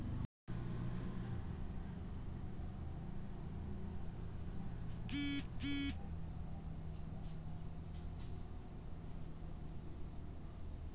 ಕಪ್ಪು ಮಣ್ಣಿನಲ್ಲಿ ಯಾವುದೆಲ್ಲ ಬೆಳೆಗಳನ್ನು ಬೆಳೆಸುತ್ತಾರೆ ವಿವರಿಸಿ ಹೇಳಿ